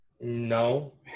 No